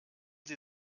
sie